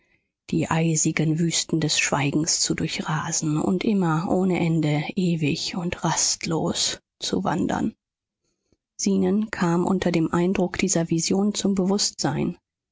die eisigen wüsten des schweigens zu durchrasen und immer ohne ende ewig und rastlos zu wandern zenon kam unter dem eindruck dieser vision zum bewußtsein